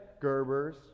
Gerber's